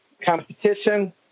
competition